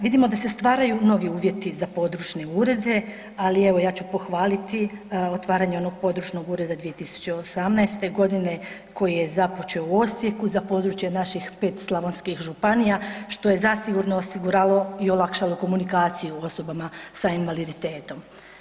Vidimo da se stvaraju novi uvjeti za područne urede ali evo, ja ću pohvaliti onog područnog ureda 2018. g. koji je započeo u Osijeku za područje naših 5 slavonskih županija što je zasigurno osiguralo i olakšalo komunikaciju osobama sa invaliditetom.